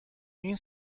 این